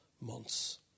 months